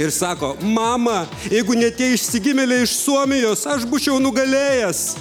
ir sako mama jeigu ne tie išsigimėliai iš suomijos aš būčiau nugalėjęs